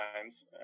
times